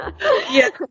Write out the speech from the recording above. Yes